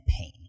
pain